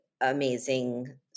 amazing